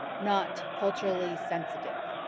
not culturally sensitive,